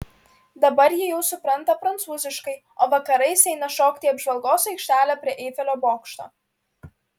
dabar ji jau supranta prancūziškai o vakarais eina šokti į apžvalgos aikštelę prie eifelio bokšto